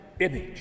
image